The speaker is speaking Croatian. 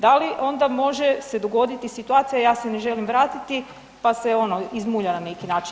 Da li onda može se dogoditi situacija, ja se ne želim vratiti pa se ono, izmulja na neki način?